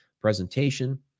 presentation